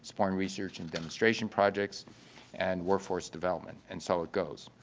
supporting research and demonstration projects and workforce development, and so it goes.